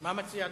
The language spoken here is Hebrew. מה מציע אדוני?